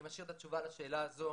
אני משאיר את התשובה לשאלה הזאת